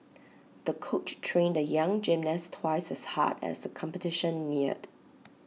the coach trained the young gymnast twice as hard as the competition neared